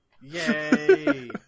Yay